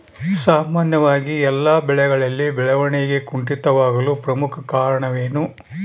ಸಾಮಾನ್ಯವಾಗಿ ಎಲ್ಲ ಬೆಳೆಗಳಲ್ಲಿ ಬೆಳವಣಿಗೆ ಕುಂಠಿತವಾಗಲು ಪ್ರಮುಖ ಕಾರಣವೇನು?